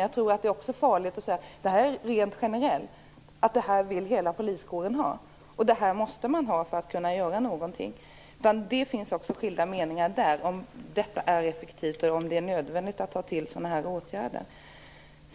Jag tror att det är farligt att säga att hela poliskåren generellt vill ha detta och att man måste ha det för att kunna göra någonting. Det finns skilda meningar också där om det effektiva eller nödvändiga i att ta till sådana här åtgärder.